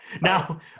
now